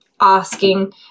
asking